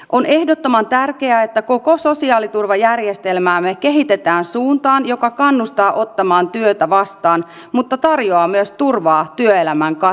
on ehdottoman tärkeää että koko sosiaaliturvajärjestelmäämme kehitetään suuntaan joka kannustaa ottamaan työtä vastaan mutta tarjoaa myös turvaa työelämän katkoksiin